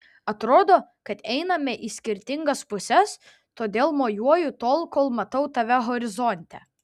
atrodo kad einame į skirtingas puses todėl mojuoju tol kol matau tave horizonte